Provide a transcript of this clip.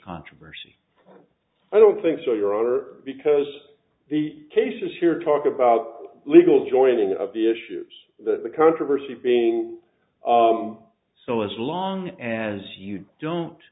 controversy i don't think so your honor because the cases here talk about legal joining of the issues that the controversy being so as long as you don't